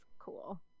cool